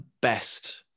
best